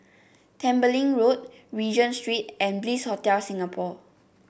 Tembeling Road Regent Street and Bliss Hotel Singapore